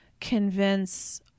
convince